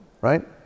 right